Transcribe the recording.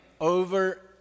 over